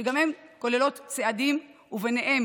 שגם הן כוללות צעדים ובהם